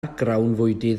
grawnfwydydd